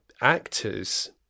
actors